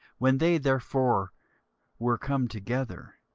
when they therefore were come together,